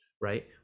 Right